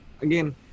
Again